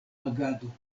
agado